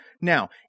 Now